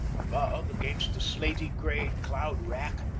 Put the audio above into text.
above, against the slaty-gray cloud-wrack,